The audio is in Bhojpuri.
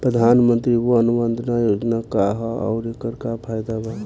प्रधानमंत्री वय वन्दना योजना का ह आउर एकर का फायदा बा?